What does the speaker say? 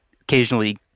occasionally